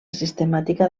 sistemàtica